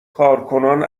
کارکنان